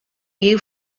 you